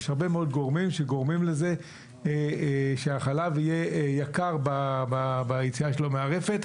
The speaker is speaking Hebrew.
יש הרבה מאוד גורמים לכך שהחלב יהיה יקר ביציאה שלו מהרפת,